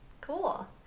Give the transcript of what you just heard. Cool